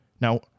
Now